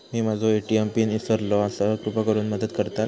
मी माझो ATM PIN इसरलो आसा कृपा करुन मदत करताल